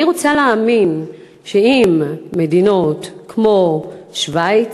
אני רוצה להאמין שאם מדינות כמו שווייץ,